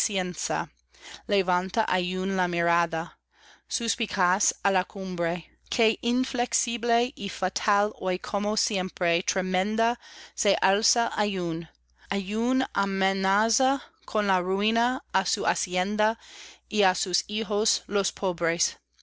levanta aún la mirada suspicaz á la cumbre que inflexible y fatal hoy como siempre tremenda se alza aún aun amenaza con la ruina á su hacienda y á sus hijos los pobres